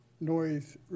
noise